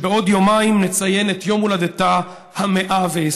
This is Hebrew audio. ובעוד יומיים נציין את יום הולדתה ה-120.